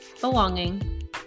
belonging